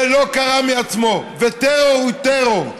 זה לא קרה מעצמו, וטרור הוא טרור.